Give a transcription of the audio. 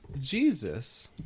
Jesus